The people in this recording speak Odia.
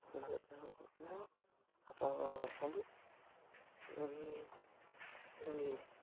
ଆପଣ ରଖନ୍ତୁ ନେଇିକିି